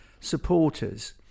supporters